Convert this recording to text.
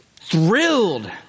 thrilled